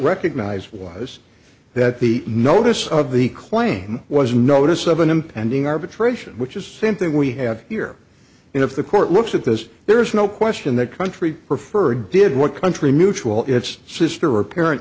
recognized was that the notice of the claim was notice of an impending arbitration which is same thing we have here and if the court looks at this there is no question that country referred did what country mutual its sister or parent